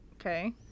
okay